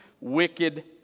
wicked